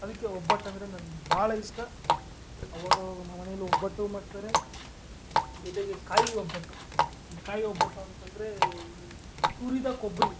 ಅದಕ್ಕೆ ಒಬ್ಬಟ್ಟು ಅಂದರೆ ನನ್ಗೆ ಭಾಳ ಇಷ್ಟ ಅವಾಗವಾಗ ಮನೇಲಿ ಒಬ್ಬಟ್ಟು ಮಾಡ್ತಾರೆ ಜೊತೆಗೆ ಕಾಯಿ ಒಬ್ಬಟ್ಟು ಈ ಕಾಯಿ ಒಬ್ಬಟ್ಟು ಅಂತಂದರೆ ಈ ತುರಿದ ಕೊಬ್ಬರಿ